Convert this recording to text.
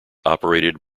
operated